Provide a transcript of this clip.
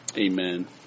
amen